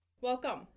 Welcome